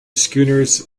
schooners